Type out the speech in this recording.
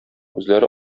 үзләре